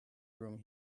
room